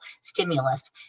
stimulus